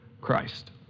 Christ